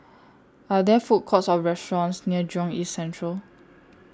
Are There Food Courts Or restaurants near Jurong East Central